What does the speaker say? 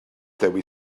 dewi